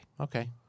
Okay